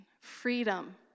Freedom